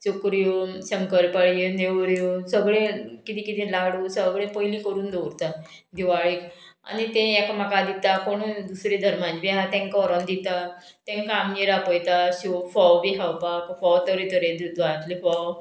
चुकऱ्यो शंकरपाळयो नेवऱ्यो सगळे किदें किदें लाडू सगळें पयलीं करून दवरता दिवाळीक आनी तें एकामेकां दिता कोण दुसरे धर्माचे बी आहा तेंका ओरोन दिता तेंकां आमगेर आपयता शेव फोव बी खावपाक फोव तरेतरे दुदातले फोव